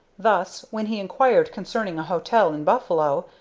thus, when he inquired concerning a hotel in buffalo,